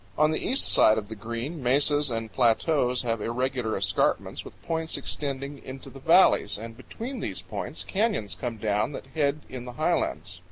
on the east side of the green, mesas and plateaus have irregular escarpments with points extending into the valleys, and between these points canyons come down that head in the highlands.